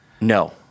No